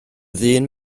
ddyn